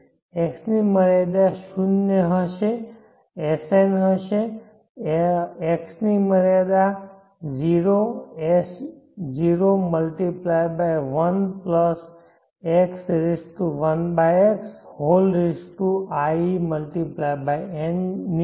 X ની મર્યાદા શૂન્ય Sn હશે x ની મર્યાદા 0S0×1 x1xi×n ની છે